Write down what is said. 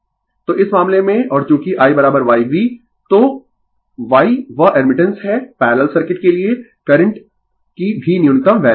Refer slide Time 3053 तो इस मामले में और चूँकि I YV तो Y वह एडमिटेंस है पैरलल सर्किट के लिए करंट की भी न्यूनतम वैल्यू है